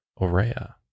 Orea